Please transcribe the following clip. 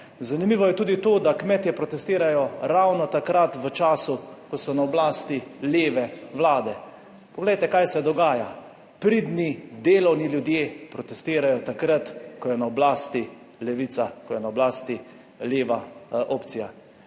Zanimivo je tudi to, da kmetje protestirajo ravno takrat, v času, ko so na oblasti leve vlade. Poglejte kaj se dogaja! Pridni delovni ljudje protestirajo takrat, ko je na oblasti levica, ko je na oblasti leva opcija.